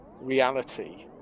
reality